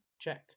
check